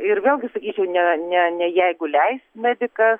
ir vėlgi sakyčiau ne ne ne jeigu leis medikas